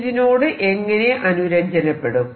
ഇതിനോട് എങ്ങനെ അനുരഞ്ജനപ്പെടും